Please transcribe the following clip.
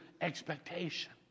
expectation